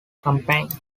campaign